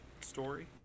story